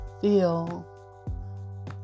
feel